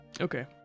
Okay